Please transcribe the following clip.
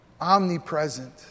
omnipresent